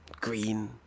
green